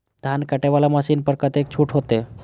धान कटे वाला मशीन पर कतेक छूट होते?